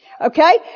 Okay